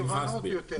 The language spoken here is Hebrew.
בשמחה אסביר.